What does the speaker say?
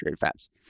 fats